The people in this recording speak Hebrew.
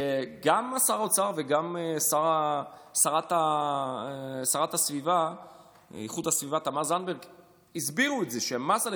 גם שר האוצר וגם השרה להגנת הסביבה תמר זנדברג הסבירו שמס על